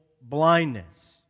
blindness